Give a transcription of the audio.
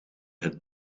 het